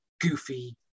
goofy